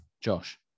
Josh